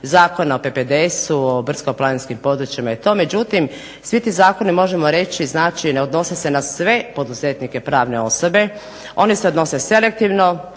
Zakon o PPDS-u, o brdsko-planinskim područjima i to. Međutim svi ti zakoni možemo reći znači ne odnose se na sve poduzetnike pravne osobe, oni se odnose selektivno,